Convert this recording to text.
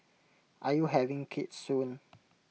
are you having kids soon